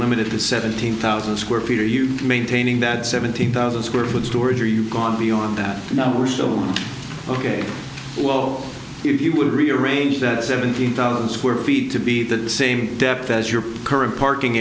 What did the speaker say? limited to seventeen thousand square feet are you maintaining that seventeen thousand square foot storage or you've gone beyond that now we're still ok well if you would rearrange that seventeen thousand square feet to be the same depth as your current parking